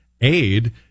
aid